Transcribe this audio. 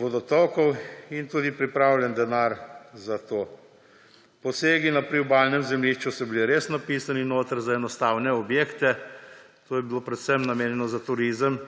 vodotokov in tudi je bil pripravljen denar za to. Posegi na priobalnem zemljišču so bili res napisani noter za enostavne objekte, to je bilo predvsem namenjeno za turizem,